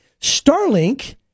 Starlink